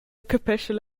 capeschel